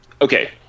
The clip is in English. okay